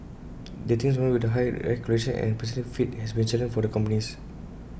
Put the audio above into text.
getting Singaporeans with the right qualifications and personality fit has been A challenge for the companies